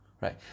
right